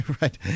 Right